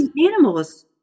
animals